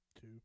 Two